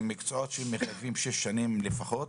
מקצועות שמחייבים שש שנים לפחות.